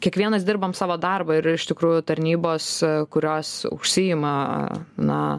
kiekvienas dirbam savo darbą ir iš tikrųjų tarnybos kurios užsiima na